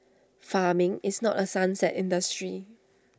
farming is not A sunset industry